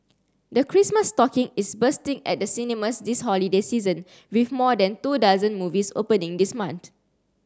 the Christmas stocking is bursting at the cinemas this holiday season with more than two dozen movies opening this month